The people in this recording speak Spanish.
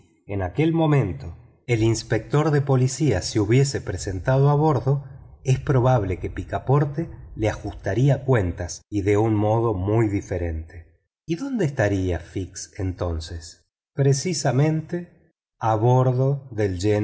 en aquel momento el inspector de policía se hubiese presentado a bordo es probable que picaporte le ajustara cuentas y de un modo muy diferente y dónde estaba fix entonces precisamente a bordo del